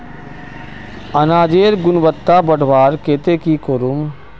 अनाजेर गुणवत्ता बढ़वार केते की करूम?